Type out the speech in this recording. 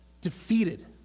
defeated